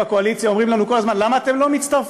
בקואליציה אומרים לנו כל הזמן: למה אתם לא מצטרפים?